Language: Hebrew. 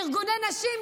ארגוני נשים,